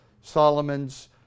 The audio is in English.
Solomon's